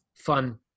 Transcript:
Fun